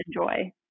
enjoy